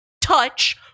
touch